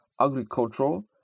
agricultural